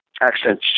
accent